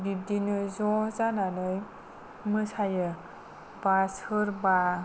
बिदिनो ज' जानानै मोसायो दा सोरबा